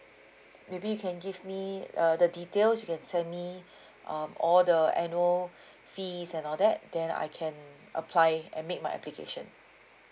maybe you can give me uh the details you can send me um all the annual fees and all that then I can apply and make my application